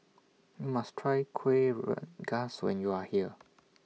YOU must Try Kueh Rengas when YOU Are here